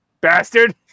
Bastard